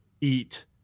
eat